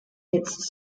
its